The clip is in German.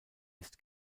ist